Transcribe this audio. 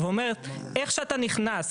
ואומרים שאיך שאתה נכנס,